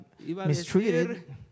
mistreated